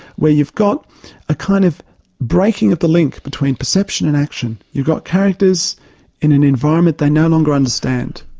where you've got a kind of breaking of the link between perception and action, you've got characters in an environment they no longer understand.